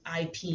IP